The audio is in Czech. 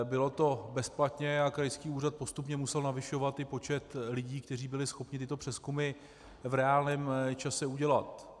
Bylo to bezplatně a krajský úřad postupně musel zvyšovat počet lidí, kteří byli schopni tyto přezkumy v reálném čase udělat.